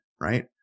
right